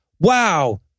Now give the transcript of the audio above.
wow